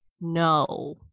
No